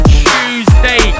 tuesday